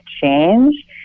change